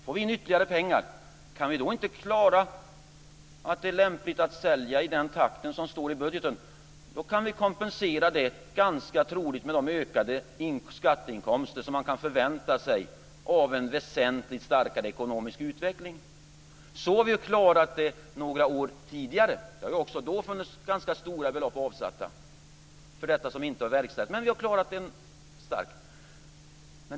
Får vi in ytterligare pengar - och är det då inte lämpligt att sälja i den takten som står i budgeten - kan vi ganska troligt kompensera det med de ökade skatteinkomster som man kan förvänta sig av en starkare ekonomisk utveckling. Det har vi klarat några år tidigare. Det har också då funnits ganska stora belopp att avsatta för det som inte har verkställts. Vi har klarat det.